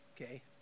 okay